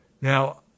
Now